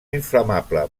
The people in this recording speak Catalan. inflamable